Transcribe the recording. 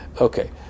Okay